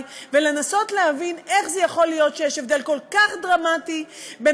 ולנסות להבין איך יכול להיות שיש הבדל כל כך דרמטי בין